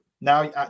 Now